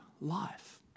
life